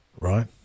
right